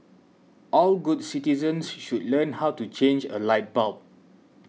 all good citizens should learn how to change a light bulb